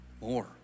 more